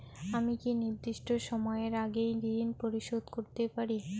আমি কি নির্দিষ্ট সময়ের আগেই ঋন পরিশোধ করতে পারি?